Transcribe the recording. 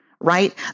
right